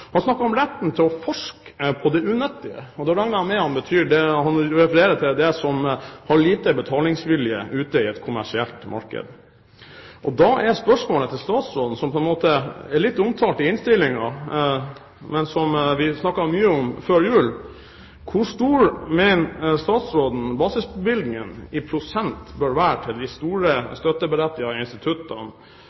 Han snakket om retten til å forske på det unyttige, og da regner jeg med at han refererer til prosjekter der det er lite betalingsvilje ute i et kommersielt marked. Mitt spørsmål til statsråden dreier seg om noe som er lite omtalt i innstillingen, men som vi snakket mye om før jul: Hvor store mener statsråden basisbevilgningene i prosent bør være til de store støtteberettige instituttene?